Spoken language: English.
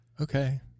okay